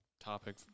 topic